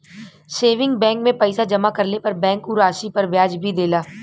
saving bank में पैसा जमा करले पर बैंक उ राशि पर ब्याज भी देला